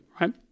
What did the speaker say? right